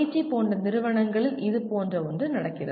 D போன்ற நிறுவனங்களில் இதுபோன்ற ஒன்று நடக்கிறது